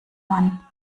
mann